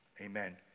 Amen